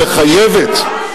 מספיק כבר, מספיק.